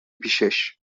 پیشش